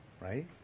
right